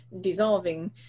dissolving